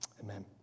Amen